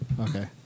Okay